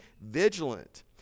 vigilant